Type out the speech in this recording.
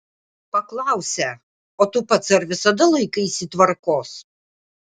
paklausę o tu pats ar visada laikaisi tvarkos